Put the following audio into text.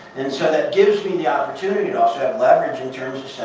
and so that gives me the opportunity to also have leverage in terms